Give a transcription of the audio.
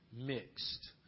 mixed